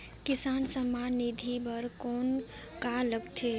किसान सम्मान निधि बर कौन का लगथे?